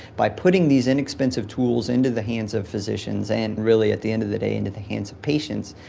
by putting these inexpensive tools into the hands of physicians and really, at the end of the day, into the hands of patients,